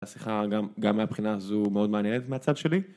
השיחה גם מהבחינה הזו מאוד מעניינת מהצד שלי